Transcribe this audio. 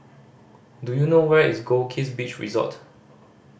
do you know where is Goldkist Beach Resort